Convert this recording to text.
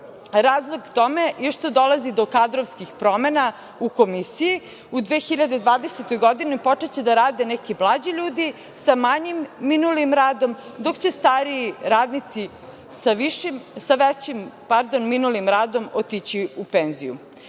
godini. Razlog tome je što dolazi do kadrovskih promena u Komisiji. U 2020. godini počeće da rade neki mlađi ljudi, sa manjim minulim radom, dok će stariji radnici sa većim minulim radom otići u